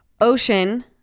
Ocean